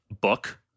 book